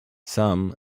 some